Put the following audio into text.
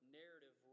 narrative